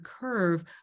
curve